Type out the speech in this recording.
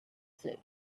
float